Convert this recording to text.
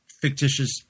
fictitious